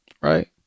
right